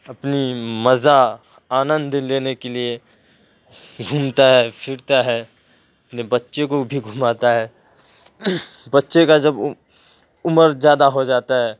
اپنی مزہ آنند لینے کے لیے گھومتا ہے پھرتا ہے اپنے بچے کو بھی گھماتا ہے بچے کا جب عمر زیادہ ہو جاتا ہے